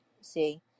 See